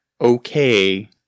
okay